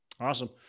Awesome